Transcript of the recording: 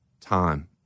time